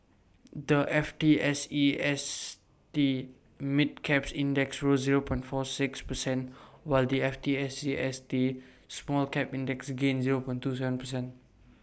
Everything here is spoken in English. the FTSE St mid cap index rose forty six percentage while the FTSE St small cap index gained twenty Seven percentage